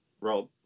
Rob